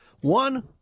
one